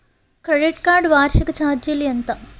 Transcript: Credit card వార్షిక ఛార్జీలు ఎంత?